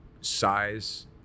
size